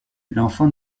l’enfant